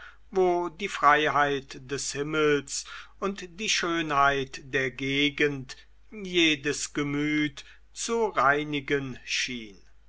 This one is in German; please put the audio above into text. wo die freiheit des himmels und die schönheit der gegend jedes gemüt zu reinigen schien